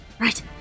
Right